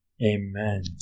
Amen